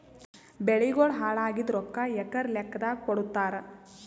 ಬೆಳಿಗೋಳ ಹಾಳಾಗಿದ ರೊಕ್ಕಾ ಎಕರ ಲೆಕ್ಕಾದಾಗ ಕೊಡುತ್ತಾರ?